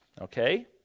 Okay